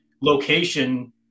location